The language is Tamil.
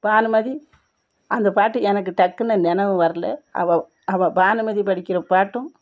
பானுமதி அந்த பாட்டு எனக்கு டக்குன்னு நெனைவு வரலை அவள் அவள் பானுமதி படிக்கிற பாட்டும்